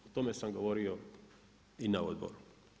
O tome sam govorio i na odboru.